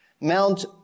Mount